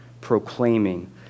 proclaiming